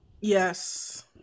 Yes